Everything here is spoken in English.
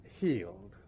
healed